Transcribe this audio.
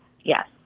Yes